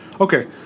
Okay